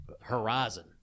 horizon